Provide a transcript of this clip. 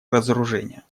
разоружения